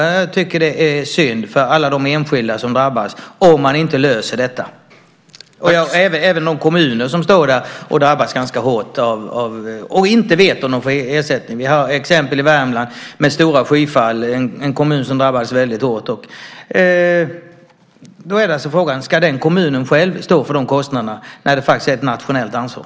Jag tycker att det är synd för alla de enskilda som drabbas om man inte löser detta, och det gäller även de kommuner som drabbas ganska hårt och inte vet om de får ersättning. Vi har exempel i Värmland med en kommun som drabbades väldigt hårt av stora skyfall. Då är alltså frågan: Ska den kommunen själv stå för kostnaderna, när det faktiskt är ett nationellt ansvar?